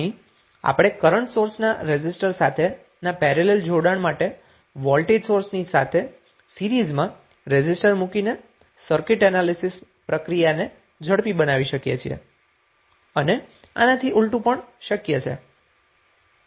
અહીં આપણે કરન્ટ સોર્સના રેઝિસ્ટર સાથેના પેરેલલ જોડાણ માટે વોલ્ટેજ સોર્સની સાથે સીરીઝમાં રેઝિસ્ટર મુકીને સર્કિટ એનાલિસિસ પ્રક્રિયાને ઝડપી બનાવી શકીએ છીએ અને આનાથી ઉલ્ટું પણ શક્ય છે